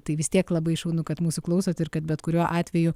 tai vis tiek labai šaunu kad mūsų klausot ir kad bet kuriuo atveju